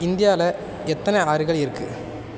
இந்தியாவில் எத்தனை ஆறுகள் இருக்குது